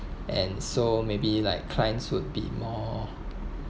and so maybe like clients will be more